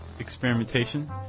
experimentation